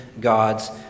God's